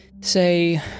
Say